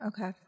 Okay